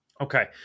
Okay